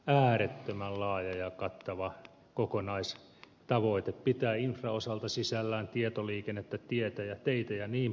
äärettömän laaja ja kattava kokonaistavoite pitää infran osalta sisällään tietoliikennettä teitä jnp